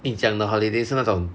你讲的 holiday 是那种